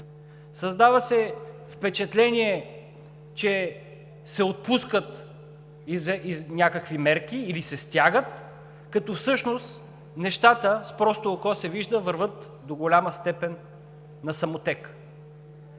Създава се впечатление, че се отпускат някакви мерки или се стягат, като всъщност нещата – с просто око се вижда, вървят до голяма степен на самотек.